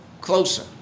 closer